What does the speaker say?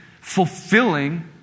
fulfilling